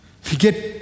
forget